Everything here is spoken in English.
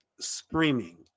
screaming